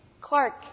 Clark